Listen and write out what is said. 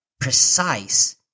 precise